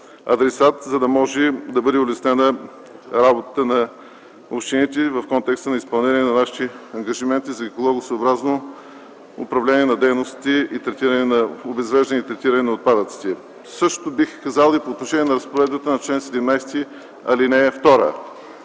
адресат, за да може да бъде улеснена работата на общините в контекста на изпълнение на нашите ангажименти за екологосъобразно управление на дейностите обезвреждане и третиране на отпадъците. Същото бих казал и по отношение на разпоредбата на чл. 17, ал. 2.